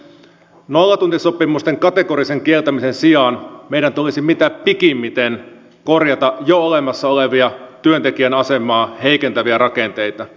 nollatuntisopimusten kategorisen kieltämisen sijaan meidän tulisi mitä pikimmiten korjata jo olemassa olevia työntekijän asemaa heikentäviä rakenteita